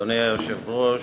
אדוני היושב-ראש,